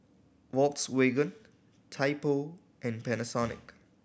Volkswagen Typo and Panasonic